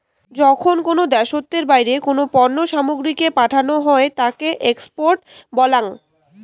যখন কোনো দ্যাশোতর বাইরে কোনো পণ্য সামগ্রীকে পাঠানো হই তাকে এক্সপোর্ট বলাঙ